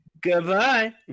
Goodbye